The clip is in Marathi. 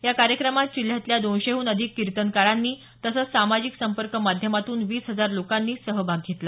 या कार्यक्रमात जिल्ह्यातल्या दोनशेहून अधिक कीर्तनकारांनी तसंच सामाजिक संपर्क माध्यमातून वीस हजार लोकांनी सहभाग घेतला